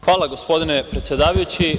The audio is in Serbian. Hvala, gospodine predsedavajući.